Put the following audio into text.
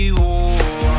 war